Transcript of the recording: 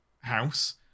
house